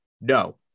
No